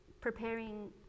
preparing